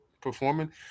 performing